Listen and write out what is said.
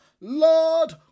Lord